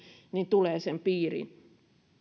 tulee sen piiriin se